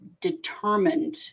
determined